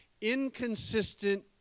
Inconsistent